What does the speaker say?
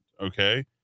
okay